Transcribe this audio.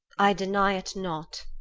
i deny it not.